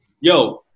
yo